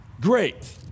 great